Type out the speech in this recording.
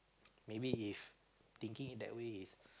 maybe if thinking it that way is